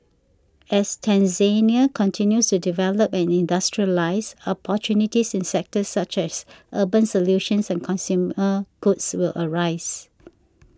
as Tanzania continues to develop and industrialise opportunities in sectors such as urban solutions and consumer goods will arise